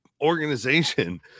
organization